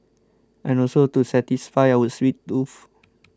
and also to satisfy our sweet tooth